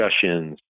discussions